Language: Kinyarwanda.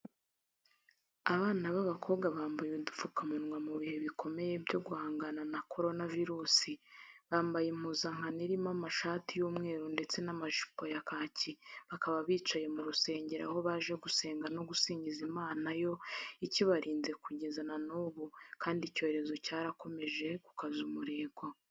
Abana b'abakobwa bambaye udupfukamunwa mu bihe bikomeye byo guhangana na korona virusi, bamaye impuzankano irimo amashati y'umweru ndetse n'amajipo ya kaki, bakaba bicaye mu rusengero aho baje gusenga no gusingiza Imana yo ikibarinze kugeza na n'ubu kandi icyorezo cyarakomeje gukaza umurego.